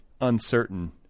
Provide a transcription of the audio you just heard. uncertain